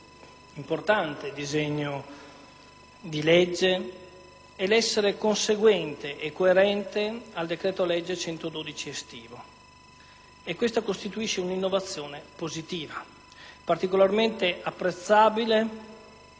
dell'importante disegno di legge in esame è l'essere conseguente e coerente al decreto-legge n. 112 estivo e questo costituisce un'innovazione positiva; particolarmente apprezzabile,